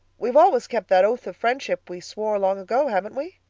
we've always kept that oath of friendship we swore long ago, haven't we?